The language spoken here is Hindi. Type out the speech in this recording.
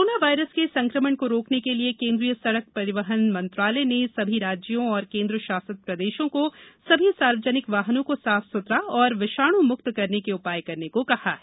कोरोना वायरस के संकमण को रोकने के लिए केन्द्रीय सड़क परिवहन मंत्रालय ने सभी राज्यों और केंद्र शासित प्रदेशों को सभी सार्वजनिक वाहनों को साफ सुथरा और विषाणुमुक्त करने के उपाय करने को कहा है